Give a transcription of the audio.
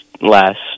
last